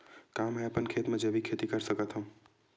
का मैं अपन खेत म जैविक खेती कर सकत हंव?